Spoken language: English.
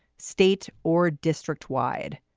state or district wide.